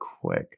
quick